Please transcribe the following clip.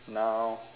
now